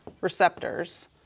receptors